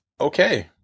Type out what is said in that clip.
Okay